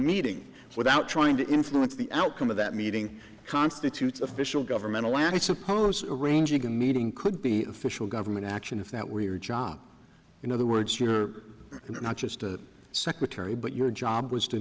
meeting without trying to influence the outcome of that meeting constitutes official governmentally i suppose arranging a meeting could be official government action if that were your job in other words you are not just a secretary but your job was to